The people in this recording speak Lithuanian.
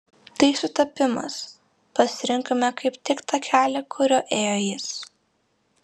tai sutapimas pasirinkome kaip tik tą kelią kuriuo ėjo jis